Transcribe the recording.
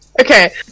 Okay